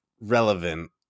relevant